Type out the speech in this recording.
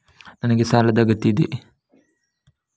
ನನಗೆ ಸಾಲದ ಅಗತ್ಯ ಇದೆ?